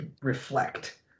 reflect